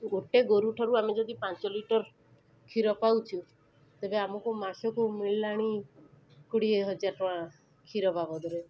ଗୋଟେ ଗୋରୁ ଠାରୁ ଆମେ ଯଦି ପାଞ୍ଚ ଲିଟର୍ କ୍ଷୀର ପାଉଛୁ ତେବେ ଆମକୁ ମାସକୁ ମିଳିଲାଣି କୋଡ଼ିଏ ହଜାର ଟଙ୍କା କ୍ଷୀର ବାବଦରେ